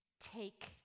take